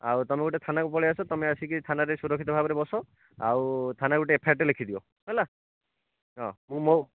ଆଉ ତୁମେ ଗୋଟେ ଥାନାକୁ ପଳାଇ ଆସ ତୁମେ ଆସିକି ଥାନାରେ ସୁରକ୍ଷିତ ଭାବରେ ବସ ଆଉ ଥାନାରେ ଗୋଟେ ଏଫ୍ ଆଇ ଆର୍ଟେ ଲେଖିଦିଅ ହେଲା ହଁ ମୁଁ ମୋ